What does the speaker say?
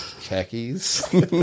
Khakis